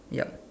yup